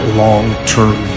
long-term